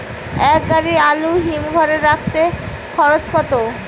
এক গাড়ি আলু হিমঘরে রাখতে খরচ কত?